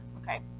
Okay